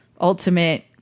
ultimate